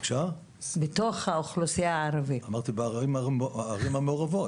אמרתי בערים המעורבות.